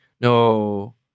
No